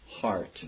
heart